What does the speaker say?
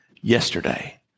yesterday